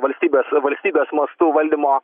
valstybės valstybės mastu valdymo